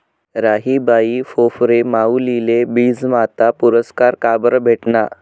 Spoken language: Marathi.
राहीबाई फोफरे माउलीले बीजमाता पुरस्कार काबरं भेटना?